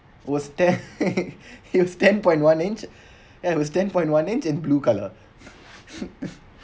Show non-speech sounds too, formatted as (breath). was ten (laughs) it was ten point one inch (breath) it was ten point one inch and blue colour (laughs)